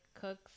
cooks